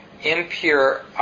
impure